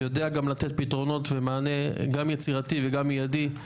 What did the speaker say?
ויודע גם לתת פתרונות ומענה גם יצירתי וגם מיידי.